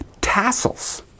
tassels